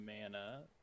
mana